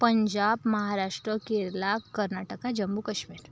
Punjab Maharashtra Kerala Karnataka Jammu Kashmir